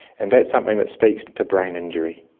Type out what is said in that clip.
and that's something that speaks to brain injury,